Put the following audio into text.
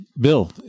Bill